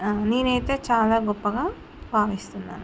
నేనైతే చాలా గొప్పగా భావిస్తున్నాను